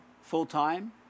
full-time